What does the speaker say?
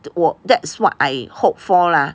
我 that's what I hope for lah